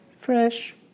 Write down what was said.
fresh